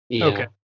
Okay